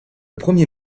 premier